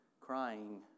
crying